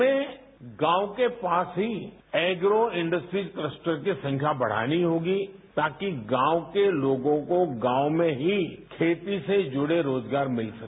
हमें गांव के पास ही एग्रो इंडस्ट्रीज कलस्टर की संख्या बढ़ानी होगी ताकिगांव के लोगों को गांव में ही खेती से जुड़े रोजगार मिल सके